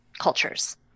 cultures